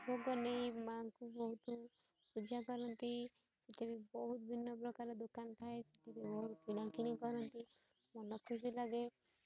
ଭୋଗ ନେଇ ମା'ଙ୍କୁ ବହୁତ ପୂଜା କରନ୍ତି ସେଠି ବି ବହୁତ ଭିନ୍ନ ପ୍ରକାର ଦୋକାନ ଥାଏ ସେଠି ବି ବହୁତ କିଣାକିଣି କରନ୍ତି ମନ ଖୁସି ଲାଗେ